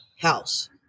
house